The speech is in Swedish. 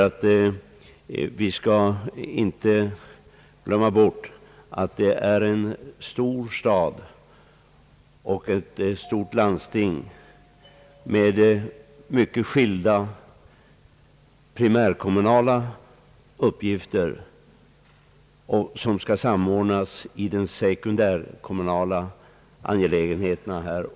Ty vi skall inte glömma bort att det rör sig om en stor stad och ett stort landsting med mycket skilda primärkommunala uppgifter som också skall samordnas med sekundärkommunala angelägenheter.